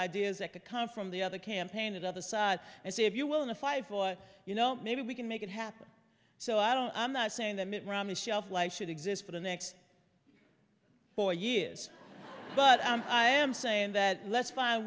ideas that could come from the other campaign and other side and see if you will in a fight for you know maybe we can make it happen so i don't i'm not saying that mitt romney's shelf life should exist for the next four years but i am saying that let's find